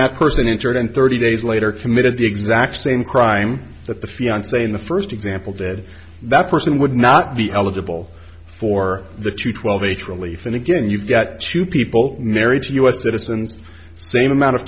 that person entered in thirty days later committed the exact same crime that the fiance in the first example did that person would not be eligible for the two twelve h relief and again you get two people married to u s citizens same amount of